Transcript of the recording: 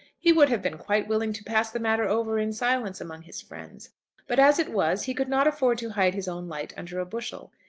he would have been quite willing to pass the matter over in silence among his friends but as it was he could not afford to hide his own light under a bushel.